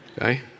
Okay